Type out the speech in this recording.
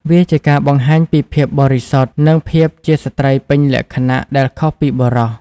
វាជាការបង្ហាញពីភាពបរិសុទ្ធ និងភាពជាស្ត្រីពេញលក្ខណៈ ដែលខុសពីបុរស។